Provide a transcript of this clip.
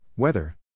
Weather